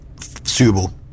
suitable